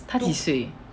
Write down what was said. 她几岁